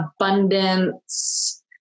abundance